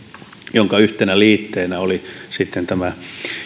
jonka yhtenä liitteenä oli tämä